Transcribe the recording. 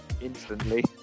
instantly